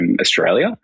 Australia